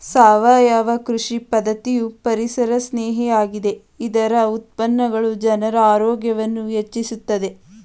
ಸಾವಯವ ಕೃಷಿ ಪದ್ಧತಿಯು ಪರಿಸರಸ್ನೇಹಿ ಆಗಿದ್ದು ಇದರ ಉತ್ಪನ್ನಗಳು ಜನರ ಆರೋಗ್ಯವನ್ನು ಹೆಚ್ಚಿಸುತ್ತದೆ